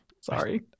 Sorry